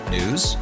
News